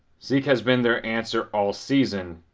zeke has been their answer all season,